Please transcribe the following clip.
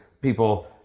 people